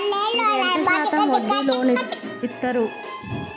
మీరు ఎంత శాతం వడ్డీ లోన్ ఇత్తరు?